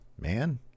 man